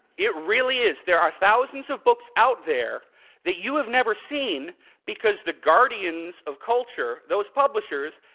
it really is. there are thousands of books out there that you have never seen because the guardians of culture, those publishe rs,